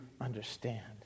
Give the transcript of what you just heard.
understand